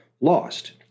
lost